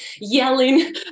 yelling